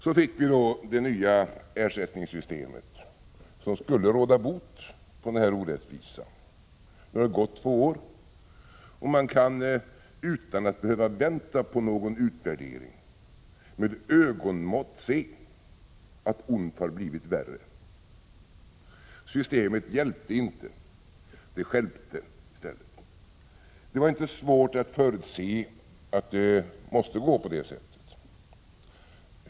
Så vi fick vi då det nya ersättningssystemet som skulle råda bot på den här orättvisan. Nu har det gått två år och man kan, utan att behöva vänta på någon utvärdering, med ögonmått se att ont har blivit värre. Systemet hjälpte inte — det stjälpte! Det var inte svårt att förutse att det måste gå på det sättet.